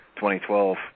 2012